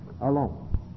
alone